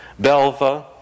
Belva